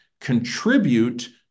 contribute